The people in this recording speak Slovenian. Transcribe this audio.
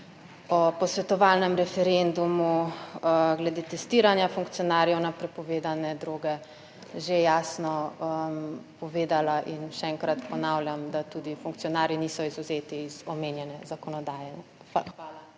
o posvetovalnem referendumu, glede testiranja funkcionarjev na prepovedane droge že jasno povedala in še enkrat ponavljam, da tudi funkcionarji niso izvzeti iz omenjene zakonodaje. Hvala.